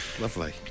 Lovely